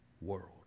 world